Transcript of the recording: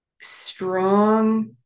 strong